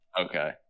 Okay